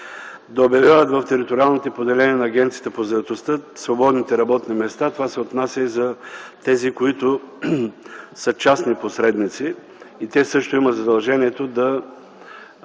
да обявяват в териториалните поделения на Агенцията по заетостта свободните работни места. Това се отнася и за тези, които са частни посредници. Те също имат задължението да